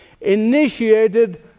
initiated